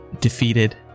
defeated